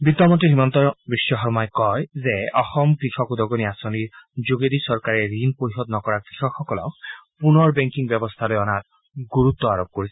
বিত্তমন্ত্ৰী হিমন্ত বিশ্ব শৰ্মাই কয় যে অসম কৃষক উদগণি আঁচনিৰ যোগেদি চৰকাৰে ঋণ পৰিশোধ নকৰা কৃষকসকলক পুনৰ বেংকিং ব্যৱস্থালৈ অনাত গুৰুত্ব আৰোপ কৰিছে